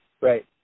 Right